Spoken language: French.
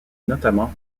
notamment